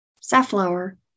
safflower